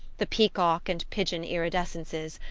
the peacock-and-pigeon iridescences,